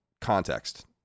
context